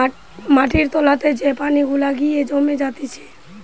মাটির তোলাতে যে পানি গুলা গিয়ে জমে জাতিছে